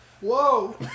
Whoa